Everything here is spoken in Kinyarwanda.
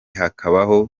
hakabaho